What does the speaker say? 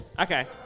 Okay